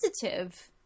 positive